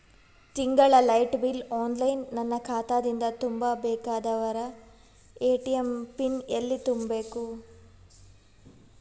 ತಿಂಗಳ light bill online ನನ್ನ ಖಾತಾ ದಿಂದ ತುಂಬಾ ಬೇಕಾದರ ಎ.ಟಿ.ಎಂ ಪಿನ್ ಎಲ್ಲಿ ತುಂಬೇಕ?